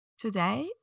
Today